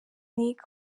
nic